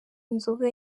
inzoga